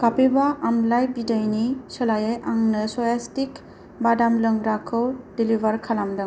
कापिवा आमलाइ बिदैनि सोलायै आंनो स्वस्तिक्स बादाम लोंग्राखौ डेलिभार खालामदों